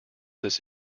this